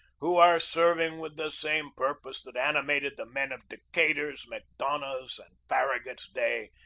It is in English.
who are serving with the same purpose that animated the men of decatur's, macdonough's, and farragut's day,